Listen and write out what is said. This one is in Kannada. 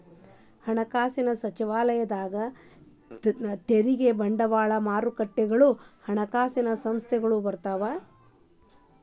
ಹಣಕಾಸಿನ ಸಚಿವಾಲಯದಾಗ ತೆರಿಗೆ ಬಂಡವಾಳ ಮಾರುಕಟ್ಟೆಗಳು ಹಣಕಾಸಿನ ಸಂಸ್ಥೆಗಳು ಬರ್ತಾವ